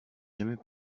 jamais